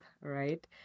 right